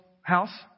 house